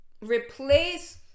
Replace